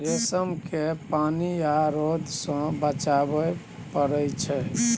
रेशम केँ पानि आ रौद सँ बचाबय पड़इ छै